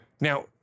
Now